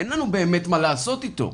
אין לנו באמת מה לעשות אתו.